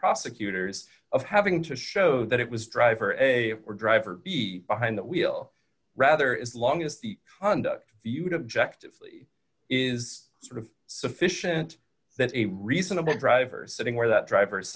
prosecutors of having to show that it was driver a driver be behind the wheel rather as long as the conduct you'd objective is sort of sufficient that a reasonable driver's sitting where that driver